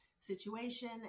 situation